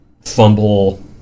fumble